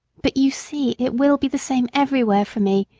but you see it will be the same everywhere for me,